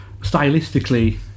stylistically